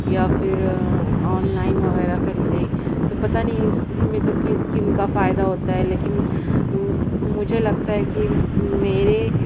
یا پھر online وغیرہ خریدیں تو پتہ نہیں اس میں تو کن کا فائدہ ہوتا ہے لیکن مجھے لگتا ہے کہ میرے